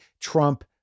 Trump